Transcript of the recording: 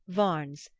varns,